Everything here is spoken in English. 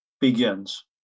begins